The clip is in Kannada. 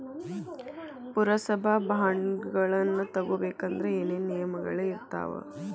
ಪುರಸಭಾ ಬಾಂಡ್ಗಳನ್ನ ತಗೊಬೇಕಂದ್ರ ಏನೇನ ನಿಯಮಗಳಿರ್ತಾವ?